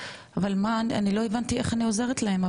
אבל אני לא הבנתי איך אני עוזרת להם,